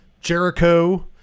Jericho